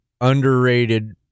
underrated